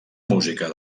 música